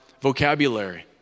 vocabulary